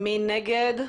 מי נגד?